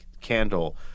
candle